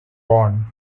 bond